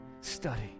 study